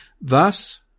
Thus